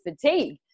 fatigue